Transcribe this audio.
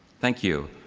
thank you.